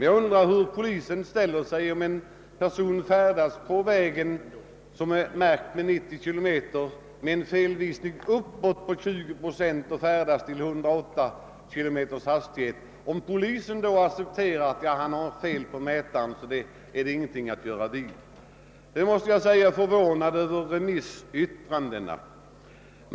Jag undrar hur polisen ställer sig om en bilist färdas på en väg, där hastighetsbegränsningen är 90 km, med en hastighet av 108 kilometer, vilket blir följden om felvisningen är 20 procent uppåt? Accepterar polisen att det är fel på mätaren och att det därför inte är någonting att göra åt saken? Jag är förvånad över remissyttrandena.